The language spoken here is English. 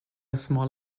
small